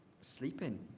sleeping